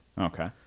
Okay